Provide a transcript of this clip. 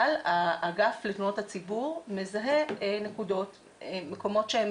אבל האגף לתלונות הציבור מזהה מקומות שהם